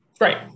Right